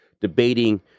debating